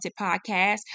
Podcast